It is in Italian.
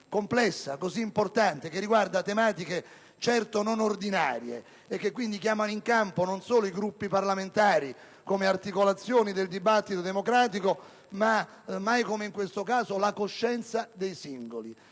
complesso e importante che riguarda tematiche certo non ordinarie e che, quindi, chiama in campo non solo i Gruppi parlamentari, come articolazioni del dibattito democratico ma, mai come in questo caso, la coscienza dei singoli.